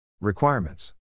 Requirements